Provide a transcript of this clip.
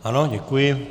Ano, děkuji.